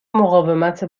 مقاومت